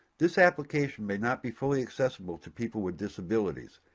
this application may not be fully accessible to people with disabilities.